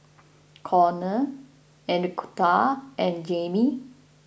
Conner Enriqueta and Jaimee